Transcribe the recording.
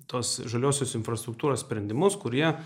tos žaliosios infrastruktūros sprendimus kurie